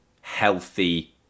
healthy